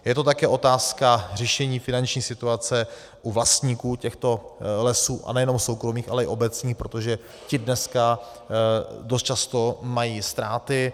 Je to také otázka řešení finanční situace u vlastníků těchto lesů, a nejenom soukromých, ale i obecních, protože ti dneska dost často mají ztráty.